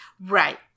right